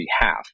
behalf